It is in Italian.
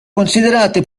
considerate